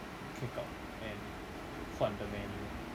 kick out them from the menu